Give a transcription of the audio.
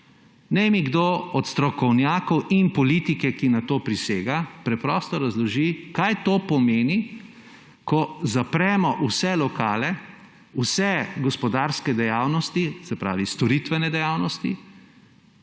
naj mi kdo od strokovnjakov in politike, ki na to prisega, preprosto razloži, kaj pomeni to, ko zapremo vse lokale, vse gospodarske dejavnosti, se pravi storitvene dejavnosti,